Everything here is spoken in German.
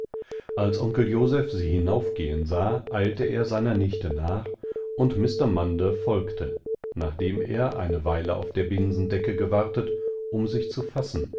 als onkel joseph sie hinaufgehen sah eilte er seiner nichte nach und mr munder folgte nachdem er eine weile auf der binsendecke gewartet um sich zu fassen